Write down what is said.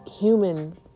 human